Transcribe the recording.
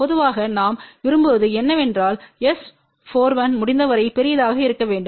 பொதுவாக நாம் விரும்புவது என்னவென்றால் S41முடிந்தவரை பெரியதாக இருக்க வேண்டும்